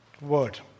word